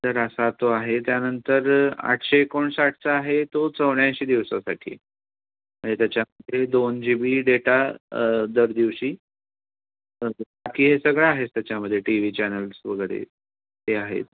तर असा तो आहे त्यानंतर आठशे एकोणसाठचा आहे तो चौऱ्याऐंशी दिवसासाठी म्हणजे त्याच्यामध्ये दोन जी बी डेटा दर दिवशी बाकी हे सगळं आहेच त्याच्यामध्ये टी व्ही चॅनल्स वगैरे ते आहेत